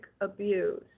abuse